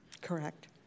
Correct